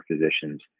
physicians